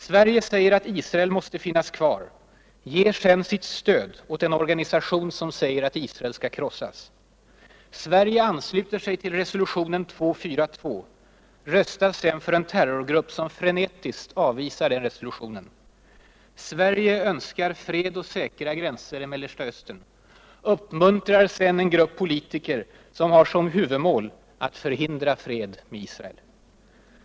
Sverige säger att Israel måste finnas kvar — ger sedan sitt stöd åt en organisation som kräver att Israel skall krossas. Sverige ansluter sig till FN-resolutionen 242 — röstar sedan för en terrorgrupp som frenetiskt avvisar denna resolution. Sverige önskar fred och säkra gränser i Mellersta Östern — uppmuntrar sedan en grupp politiker som har som huvudmål att förhindra fred med Israel.